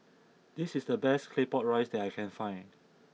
this is the best Claypot Rice that I can find